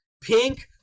Pink